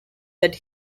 that